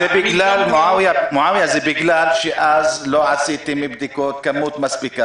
זה בגלל שאז לא עשיתם כמות מספיקה של בדיקות.